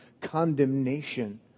condemnation